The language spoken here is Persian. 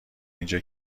اینجا